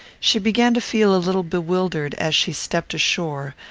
she began to feel a little bewildered as she stepped ashore,